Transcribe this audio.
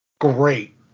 great